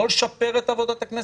לא לשפר את עבודת הכנסת,